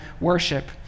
worship